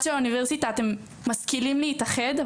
של האוניברסיטה אתם משכילים להתאחד,